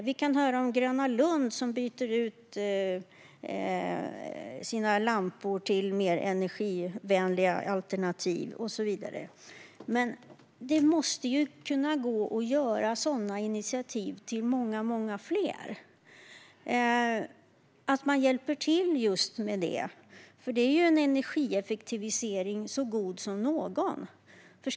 Vi hör om Gröna Lund, som byter ut sina lampor till mer energivänliga alternativ och så vidare, men det måste gå att hjälpa många fler med sådana initiativ. Det är ju en energieffektivisering så god som någon.